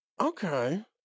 okay